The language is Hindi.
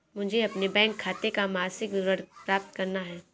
मुझे अपने बैंक खाते का मासिक विवरण प्राप्त करना है?